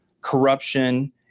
corruption